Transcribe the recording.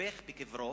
מתהפך בקברו,